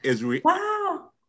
Wow